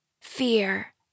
Fear